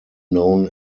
known